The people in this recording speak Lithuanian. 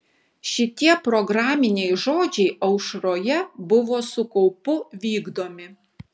šitie programiniai žodžiai aušroje buvo su kaupu vykdomi